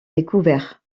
découverts